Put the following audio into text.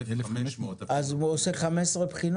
אז הוא עושה 15 בחינות?